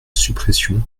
suppression